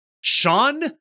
Sean